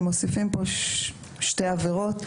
ומוסיפים פה שתי עבירות,